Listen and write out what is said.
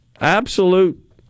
absolute